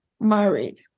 married